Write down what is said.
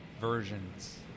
versions